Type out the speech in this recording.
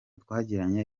twagiranye